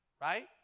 right